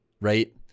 right